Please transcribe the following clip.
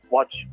Watch